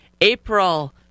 April